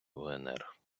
унр